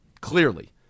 clearly